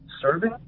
serving